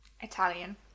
italian